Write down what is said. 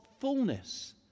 fullness